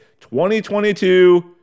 2022